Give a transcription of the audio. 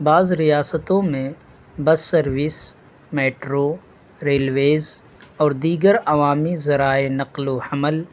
بعض ریاستوں میں بس سروس میٹرو ریلویز اور دیگر عوامی ذرائع نقل و حمل